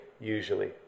usually